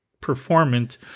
performant